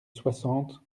soixante